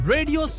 Radio